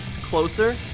closer